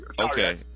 okay